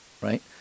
right